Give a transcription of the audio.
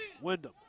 Wyndham